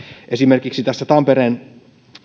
esimerkiksi tässä tampereen